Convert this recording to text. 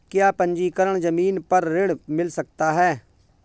क्या पंजीकरण ज़मीन पर ऋण मिल सकता है?